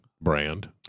brand